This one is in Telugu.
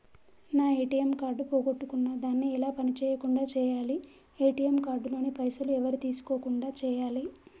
నా ఏ.టి.ఎమ్ కార్డు పోగొట్టుకున్నా దాన్ని ఎలా పని చేయకుండా చేయాలి ఏ.టి.ఎమ్ కార్డు లోని పైసలు ఎవరు తీసుకోకుండా చేయాలి?